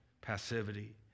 passivity